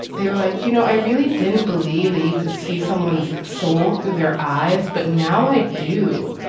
they were like, you know, i really didn't believe that you could see someone's soul through their eyes. but now i do.